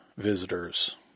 Visitors